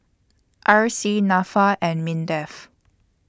R C Nafa and Mindef